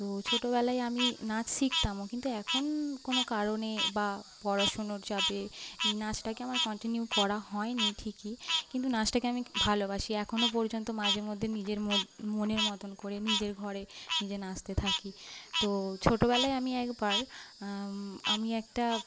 তো ছোটবেলায় আমি নাচ শিখতামও কিন্তু এখন কোনও কারণে বা পড়াশুনোর চাপে এই নাচটাকে আমার কন্টিনিউ করা হয়নি ঠিকই কিন্তু নাচটাকে আমি ভালোবাসি এখনো পর্যন্ত মাঝে মধ্যে নিজের মোদ মনের মতন করে নিজের ঘরে নিজে নাচতে থাকি তো ছোটবেলায় আমি একবার আমি একটা